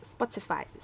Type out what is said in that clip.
Spotify